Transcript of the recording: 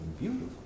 beautiful